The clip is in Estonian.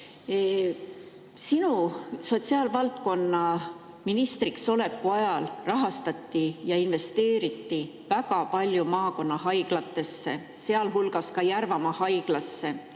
Sinu sotsiaalvaldkonna ministriks oleku ajal rahastati ja investeeriti väga palju maakonnahaiglatesse, sealhulgas Järvamaa Haiglasse.